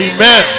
Amen